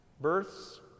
Births